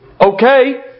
okay